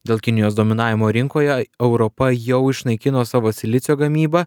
dėl kinijos dominavimo rinkoje europa jau išnaikino savo silicio gamybą